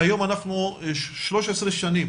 שהיום אנחנו 13 שנים